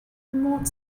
remote